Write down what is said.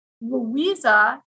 Louisa